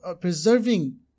preserving